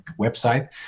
website